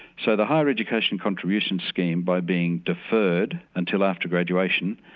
so the higher education contribution scheme by being deferred until after graduation,